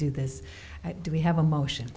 do this do we have a motion